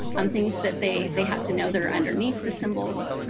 um things that they they have to know that are underneath the symbols.